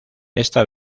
esta